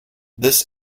this